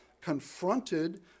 confronted